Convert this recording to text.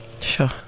Sure